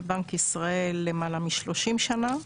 בבנק ישראל למעלה -30 שנה,